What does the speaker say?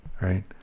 right